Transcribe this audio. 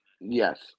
Yes